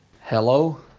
Hello